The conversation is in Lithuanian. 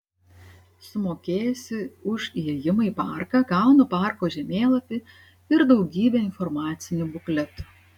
sumokėjusi už įėjimą į parką gaunu parko žemėlapį ir daugybę informacinių bukletų